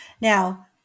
Now